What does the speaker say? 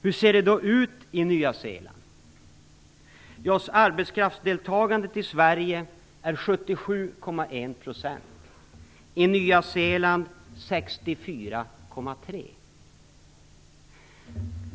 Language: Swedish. Hur ser det då ut i Nya Zeeland? Arbetskraftsdeltagandet i Sverige är 77,1%, i Nya Zeeland 64,3%.